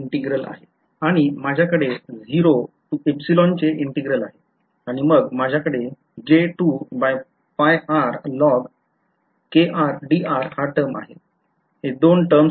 आणि माझ्याकडे 0 to चे integral आहे आणि मग माझ्याकडे हा टर्म आहे हे दोन टर्म्स आहेत बरोबर